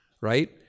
right